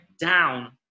down